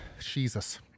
jesus